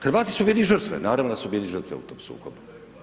Hrvati su bili žrtve, naravno da su bili žrtve u tom sukobu.